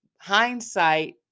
Hindsight